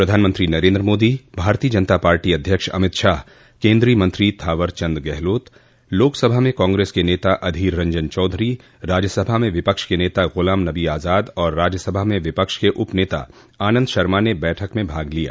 प्रधानमंत्री नरेन्द्र मोदी भारतीय जनता पार्टी अध्यक्ष अमित शाह केन्द्रीय मंत्री थावरचंद गहलोत लोकसभा में कांग्रेस के नेता अधीर रंजन चौधरी राज्यसभा में विपक्ष के नेता गुलाम नबी आजाद और राज्यसभा में विपक्ष के उप नेता आनंद शर्मा ने बैठक में भाग लिया